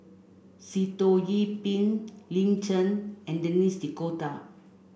Sitoh Yih Pin Lin Chen and Denis D'Cotta